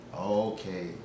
Okay